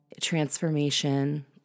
transformation